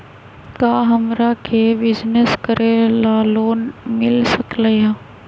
का हमरा के बिजनेस करेला लोन मिल सकलई ह?